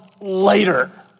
later